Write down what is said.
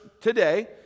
today